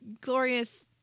glorious